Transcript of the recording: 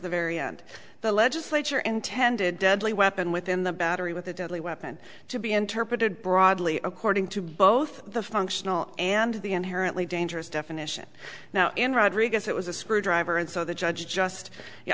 the very end the legislature intended deadly weapon within the battery with a deadly weapon to be interpreted broadly according to both the functional and the inherently dangerous definition now in rodriguez it was a screwdriver and so the judge just